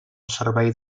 servei